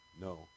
No